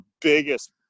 biggest